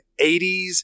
80s